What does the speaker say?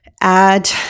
add